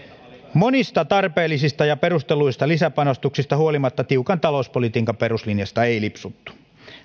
monista tarpeellisista ja perustelluista lisäpanostuksista huolimatta tiukan talouspolitiikan peruslinjasta ei lipsuttu